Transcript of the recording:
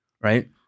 right